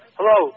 Hello